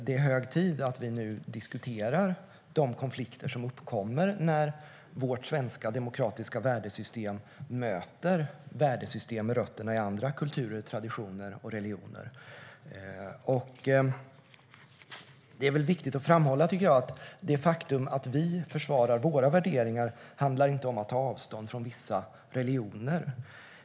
Det är hög tid att vi nu diskuterar de konflikter som uppkommer när vårt svenska demokratiska värdesystem möter värdesystem med rötter i andra kulturer, traditioner och religioner. Jag tycker att det är viktigt att framhålla att det faktum att vi försvarar våra värderingar inte handlar om att ta avstånd från vissa religioner.